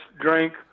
drink